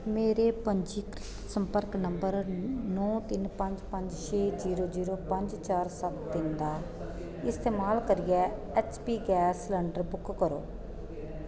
मेरे पंजीकृत संपर्क नंबर नौ तिन पंज पंज छे जीरो जीरो पंज चार सत्त तिन दा इस्तमाल करियै H P gas cylinder book करो